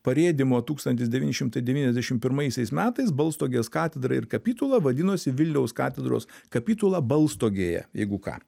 parėdymo tūkstantis devyni šimtai devyniasdešimt pirmaisiais metais balstogės katedra ir kapitula vadinosi vilniaus katedros kapitula balstogėje jeigu ką